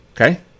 Okay